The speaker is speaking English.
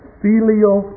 filial